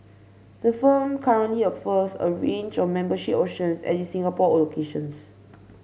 the firm currently offers a range of membership options at its Singapore locations